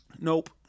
nope